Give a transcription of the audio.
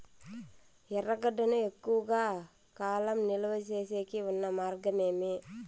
ఎర్రగడ్డ ను ఎక్కువగా కాలం నిలువ సేసేకి ఉన్న మార్గం ఏమి?